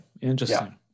Interesting